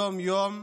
יום-יום,